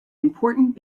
important